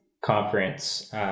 conference